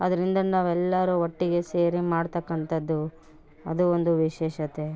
ಅದರಿಂದ ನಾವೆಲ್ಲರು ಒಟ್ಟಿಗೆ ಸೇರಿ ಮಾಡ್ತಕ್ಕಂಥದ್ದು ಅದು ಒಂದು ವಿಶೇಷತೆ